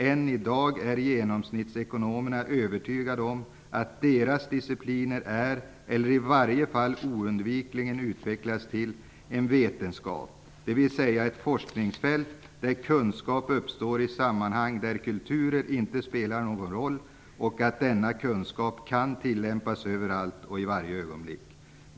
Än i dag är genomsnittsekonomerna övertygade om att deras discipliner är, eller i varje fall oundvikligen utvecklas till, en vetenskap - det vill säga ett forskningsfält där kunskap uppstår i sammanhang där kulturer inte spelar någon roll och att denna kunskap kan tillämpas överallt och i varje ögonblick.